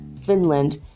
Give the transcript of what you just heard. Finland